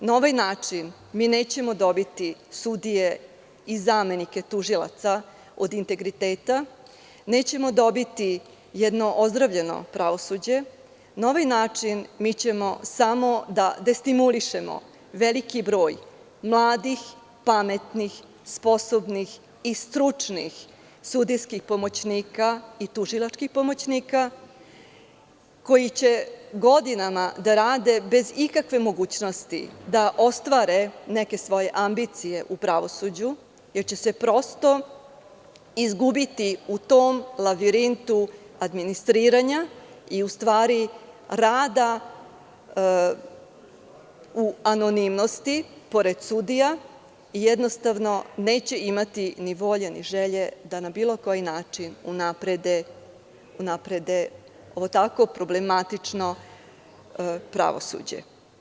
Na ovaj način, mi nećemo dobiti sudije i zamenike tužilaca od integriteta nećemo dobiti jedno ozdravljeno pravosuđe i na ovaj način mi ćemo samo da destimulišemo veliki broj mladih, pametnih, sposobnih i stručnih sudijskih pomoćnika i tužilačkih pomoćnika, koji će godinama da rade bez ikakve mogućnosti da ostvare neke svoje ambicije u pravosuđu, jer će se prosto izgubiti u tom lavirintu administriranja, u stvari rada u anonimnosti pored sudija i jednostavno neće imati ni volje ni želje da na bilo koji način unaprede ovo tako problematično pravosuđe.